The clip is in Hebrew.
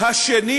השני